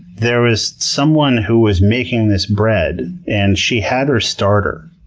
there was someone who was making this bread, and she had her starter,